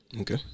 Okay